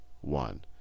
one